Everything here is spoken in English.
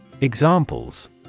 Examples